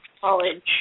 college